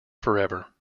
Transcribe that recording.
forever